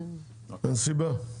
אין סיבה?